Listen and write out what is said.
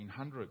1800s